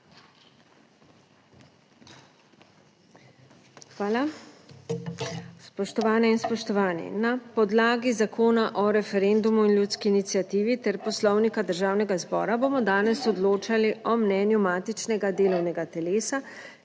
Hvala. Spoštovane in spoštovani! Na podlagi Zakona o referendumu in ljudski iniciativi ter Poslovnika Državnega zbora bomo danes odločali o mnenju matičnega delovnega telesa,